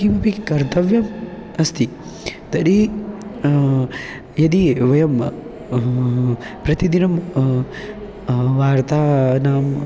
किमपि कर्तव्यम् अस्ति तर्हि यदि वयं प्रतिदिनं वार्तानाम्